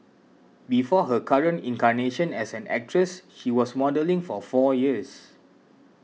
before her current incarnation as an actress she was modelling for four years